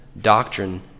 doctrine